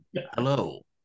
hello